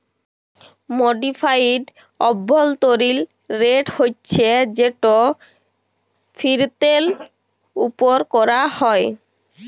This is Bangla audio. মডিফাইড অভ্যলতরিল রেট হছে যেট ফিরতের উপর ক্যরা হ্যয়